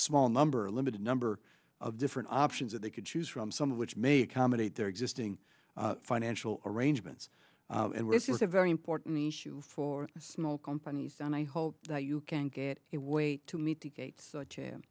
small number a limited number of different options that they could choose from some of which may be accommodate their existing financial arrangements and this is a very important issue for small companies and i hope that you can get it way to meet the gates